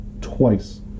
twice